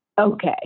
Okay